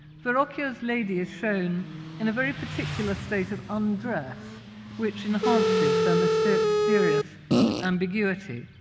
verrocchio's lady is shown in a very particular state of undress which enhances her mysterious ambiguity.